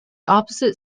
opposite